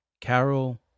Carol